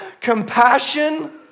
compassion